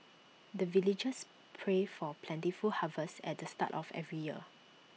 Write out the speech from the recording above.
the villagers pray for plentiful harvest at the start of every year